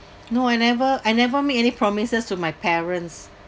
no I never I never make any promises to my parents